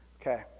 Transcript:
Okay